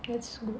that's good